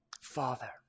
Father